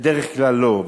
בדרך כלל לא.